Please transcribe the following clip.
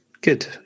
Good